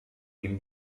ihm